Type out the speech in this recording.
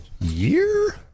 Year